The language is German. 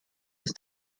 ist